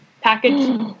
Package